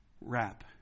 wrap